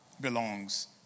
belongs